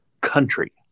country